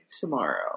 tomorrow